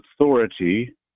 authority